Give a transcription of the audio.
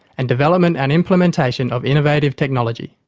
and development and implementation of innovative technology.